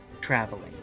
traveling